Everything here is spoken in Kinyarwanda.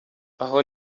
aho